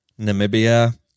Namibia